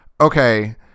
okay